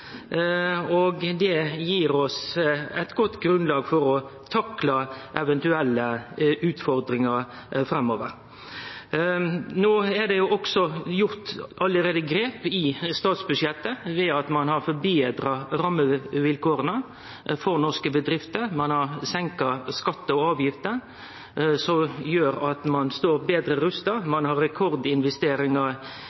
og det gir oss eit godt grunnlag for å takle eventuelle utfordringar framover. No er det alt gjort grep i statsbudsjettet ved at ein har forbetra rammevilkåra for norske bedrifter. Ein har senka skattar og avgifter som gjer at ein står betre rusta.